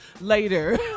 later